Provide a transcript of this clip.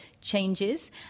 changes